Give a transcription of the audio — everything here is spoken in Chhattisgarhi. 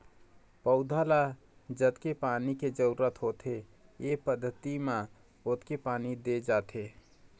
पउधा ल जतके पानी के जरूरत होथे ए पद्यति म ओतके पानी दे जाथे